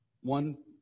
one